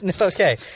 Okay